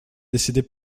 décider